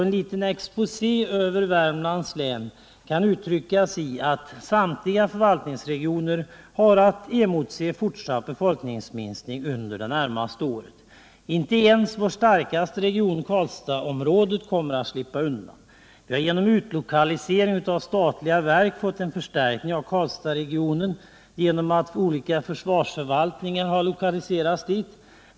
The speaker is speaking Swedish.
En liten exposé över Värmlands län kan uttryckas så, att samtliga förvaltningsregioner har att emotse fortsatt befolkningsminskning under det närmaste året. Inte ens vår starkaste region, Karlstadsområdet, kommer att slippa undan. Vi har genom utlokaliseringen av statliga verk fått en förstärkning av Karlstadsregionen genom att olika försvarsförvaltningar har lokaliserats dit.